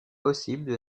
possible